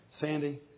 Sandy